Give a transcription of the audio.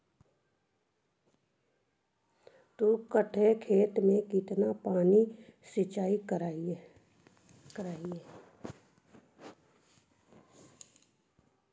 दू कट्ठा खेत में केतना पानी सीचाई करिए?